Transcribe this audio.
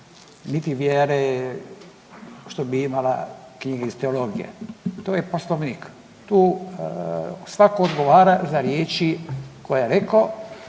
niti vjere, što bi imale knjige iz teologije, to je Poslovnik. Tu svatko odgovara za riječi koje je rekao,